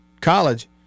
College